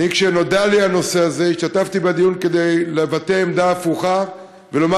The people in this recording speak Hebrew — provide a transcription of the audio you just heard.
כשנודע לי הדבר הזה השתתפתי בדיון כדי לבטא עמדה הפוכה ולומר